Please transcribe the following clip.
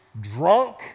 drunk